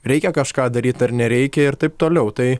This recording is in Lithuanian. reikia kažką daryt ar nereikia ir taip toliau tai